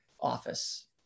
office